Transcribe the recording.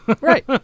Right